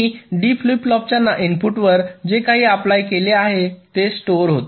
मी D flip फ्लॉपच्या इनपुटवर जे काही अप्लाय केले आहे ते स्टोअर होते